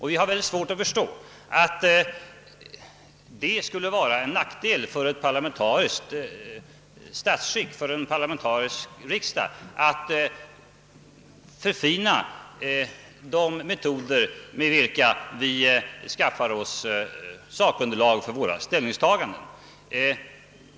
Vi har väldigt svårt att förstå, att det skulle vara till nackdel för vår parlamentariska riksdag att förfina de metoder, med vilka vi skaffar fram sakunderlag för våra ställningstaganden.